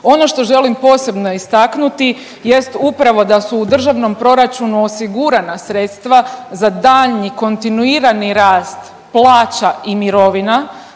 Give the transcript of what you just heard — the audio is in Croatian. Ono što želim posebno istaknuti jest upravo da su u državnom proračunu osigurana sredstva za daljnji kontinuirani rast plaća i mirovina